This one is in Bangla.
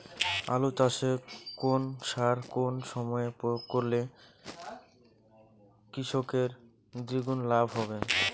আলু চাষে কোন সার কোন সময়ে প্রয়োগ করলে কৃষকের দ্বিগুণ লাভ হবে?